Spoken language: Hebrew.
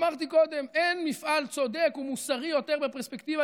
אמרתי קודם: אין מפעל צודק ומוסרי יותר בפרספקטיבה